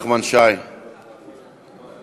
נחמן שי, בבקשה.